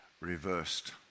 reversed